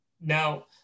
Now